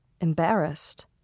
Embarrassed